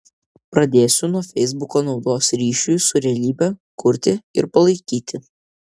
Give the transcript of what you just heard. pradėsiu nuo feisbuko naudos ryšiui su realybe kurti ir palaikyti